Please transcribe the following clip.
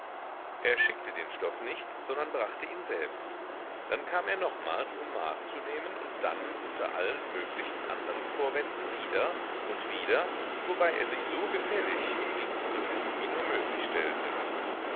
er schickte den stoff nicht sondern brachte ihn selbst dann kam er nochmals um maß zu nehmen und dann unter allen möglichen anderen vorwänden wieder und wieder wobei er sich so gefällig und dienstbeflissen wie nur möglich stellte